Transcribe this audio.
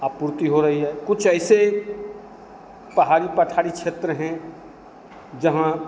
आपूर्ति हो रही है कुछ ऐसे पहाड़ी पठारी क्षेत्र हैं जहाँ